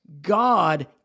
God